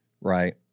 right